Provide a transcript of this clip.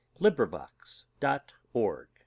LibriVox.org